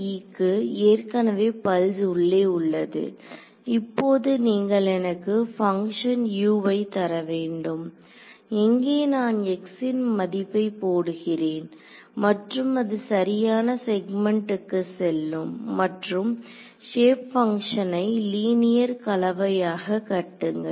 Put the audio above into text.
க்கு ஏற்கனவே பல்ஸ் உள்ளே உள்ளது இப்போது நீங்கள் எனக்கு பங்க்ஷன் U ஐ தரவேண்டும் எங்கே நான் x ன் மதிப்பை போடுகிறேன் மற்றும் அது சரியான செக்மெண்ட்டுக்கு செல்லும் மற்றும் ஷேப் பங்ஷனை லீனியர் கலவையாக கட்டுங்கள்